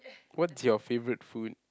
what's your favourite food